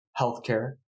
healthcare